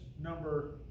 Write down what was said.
number